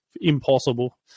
impossible